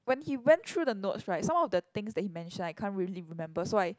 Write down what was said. when he went through the notes right some of the things that he mention I can't really remember so I